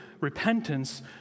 repentance